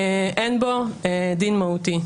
אין בו דין מהותי,